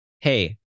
Hey